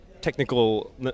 technical